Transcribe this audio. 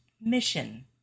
mission